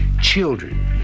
Children